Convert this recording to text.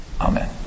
Amen